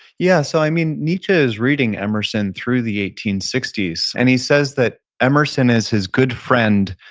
yeah. so i mean, nietzsche is reading emerson through the eighteen sixty s, and he says that emerson is his good friend,